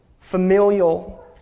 familial